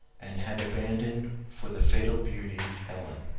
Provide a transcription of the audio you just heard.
and had abandoned for the fatal beauty helen.